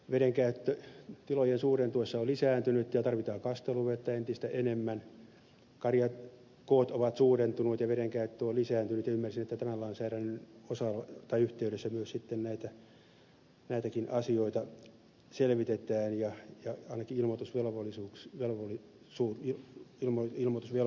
vedenkäyttö tilojen suurentuessa on lisääntynyt ja tarvitaan kasteluvettä entistä enemmän karjakoot ovat suurentuneet ja vedenkäyttö on lisääntynyt ja ymmärsin että tämän lainsäädännön yhteydessä myös sitten näitäkin asioita selvitetään ja ainakin ilmoitusvelvollisuutta ollaan lisäämässä